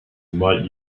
might